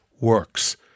works